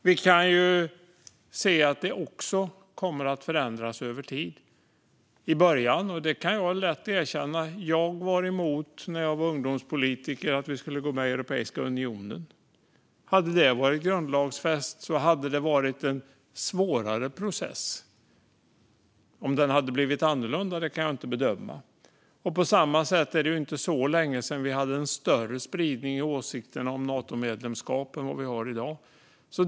Vi kan också se att det kommer att förändras över tid. Jag kan lätt erkänna att jag i början, när jag var ungdomspolitiker, var emot att vi skulle gå med i Europeiska unionen. Hade det varit grundlagsfäst hade det varit en svårare process. Om den hade blivit annorlunda kan jag inte bedöma. På samma sätt är det inte så länge sedan vi hade en större spridning i åsikterna om Natomedlemskap än vi har i dag.